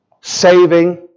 Saving